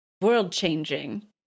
world-changing